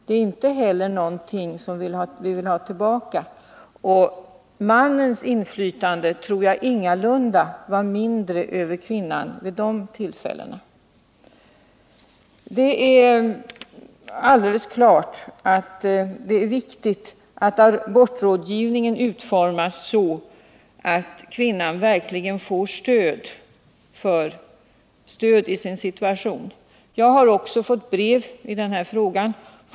Det är inte heller någonting som vi vill ha tillbaka. Mannens inflytande tror jag ingalunda var mindre över kvinnan vid de tillfällena. Det är självklart viktigt att abortrådgivningen utformas så att kvinnan verkligen får stöd i sin situation. Jag har också fått flera brev i den här frågan.